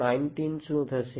તેથી 90 શું થશે